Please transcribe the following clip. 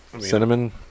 cinnamon